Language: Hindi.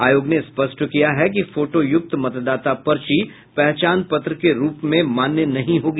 आयोग ने स्पष्ट किया है कि फोटोयुक्त मतदाता पर्ची पहचान पत्र के रूप में मान्य नहीं होगी